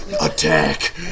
attack